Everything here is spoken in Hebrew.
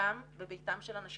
גם בביתם של אנשים,